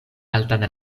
altan